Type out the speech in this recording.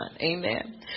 Amen